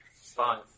Five